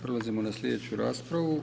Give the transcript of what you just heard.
Prelazimo na sljedeću raspravu.